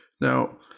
Now